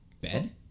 bed